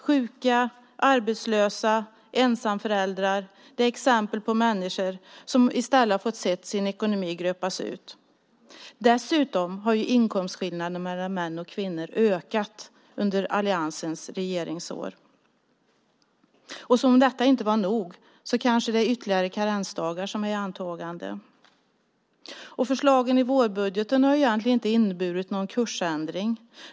Sjuka, arbetslösa och ensamföräldrar är exempel på människor som i stället har fått se sin ekonomi gröpas ur. Dessutom har inkomstskillnaderna mellan män och kvinnor ökat under alliansens regeringsår. Och som om detta inte var nog är det kanske ytterligare karensdagar i antågande. Förslagen i vårbudgeten har egentligen inte inneburit någon kursändring.